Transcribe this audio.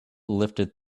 lifted